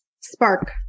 Spark